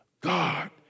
God